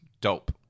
Dope